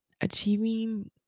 achieving